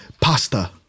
pasta